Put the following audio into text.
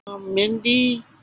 Mindy